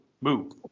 Move